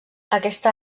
aquesta